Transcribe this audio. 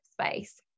space